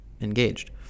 engaged